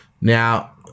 Now